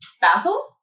Basil